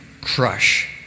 crush